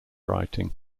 writing